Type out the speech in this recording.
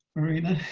marina